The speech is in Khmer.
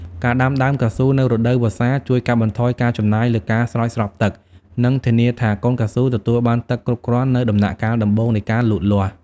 ការដាំដើមកៅស៊ូនៅដើមរដូវវស្សា ជួយកាត់បន្ថយការចំណាយលើការស្រោចស្រពទឹក និងធានាថាកូនកៅស៊ូទទួលបានទឹកគ្រប់គ្រាន់នៅដំណាក់កាលដំបូងនៃការលូតលាស់។